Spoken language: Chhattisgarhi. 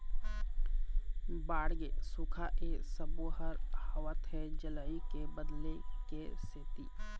बाड़गे, सुखा ए सबो ह होवत हे जलवायु के बदले के सेती